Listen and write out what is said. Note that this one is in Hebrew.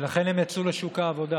ולכן הם יצאו לשוק העבודה.